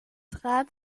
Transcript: trat